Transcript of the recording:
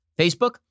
Facebook